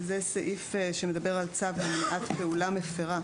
מדבר על צו מניעת פעולה מפרה.